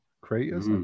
creators